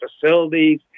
facilities